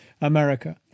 America